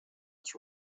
was